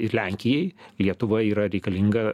ir lenkijai lietuva yra reikalinga